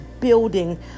building